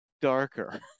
darker